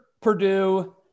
Purdue